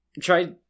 try